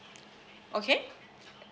okay